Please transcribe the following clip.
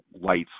lights